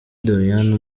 doriane